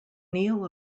neal